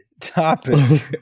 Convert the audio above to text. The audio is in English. topic